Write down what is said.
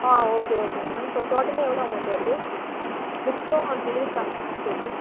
ஆ okay okay ma'am இப்போ டோட்டலாக எவ்வளோ அமௌன்ட் வருது புக்ஸ்சும் டெலிவரி சார்ஜ்ஜஸ்ஸோட சேர்த்து